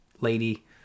lady